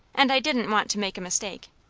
and i didn't want to make a mistake.